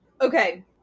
Okay